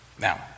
Now